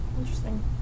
Interesting